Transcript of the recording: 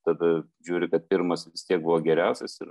tada žiūri kad pirmas vis tiek buvo geriausias ir